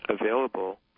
available